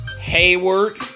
Hayward